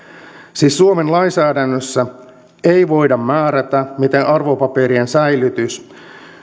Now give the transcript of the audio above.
siis suomen lainsäädännössä ei voida määrätä miten arvopaperien säilytys ja